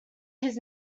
his